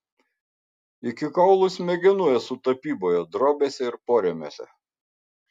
iki kaulų smegenų esu tapyboje drobėse ir porėmiuose